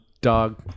dog